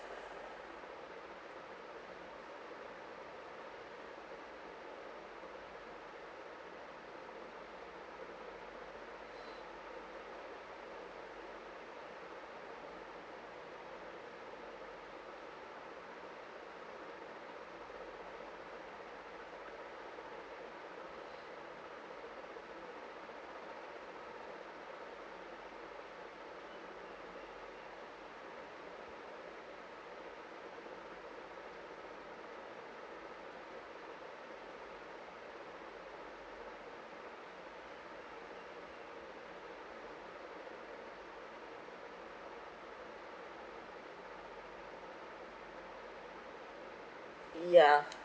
yeah